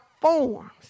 forms